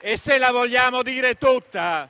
E, se la vogliamo dire tutta,